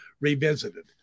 Revisited